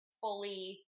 fully